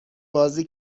بازی